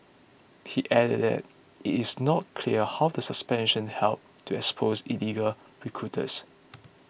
he added that it is not clear how the suspension helps to expose illegal recruiters